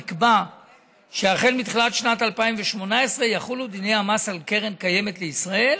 נקבע שמתחילת שנת 2018 יחולו דיני המס על קרן קיימת לישראל.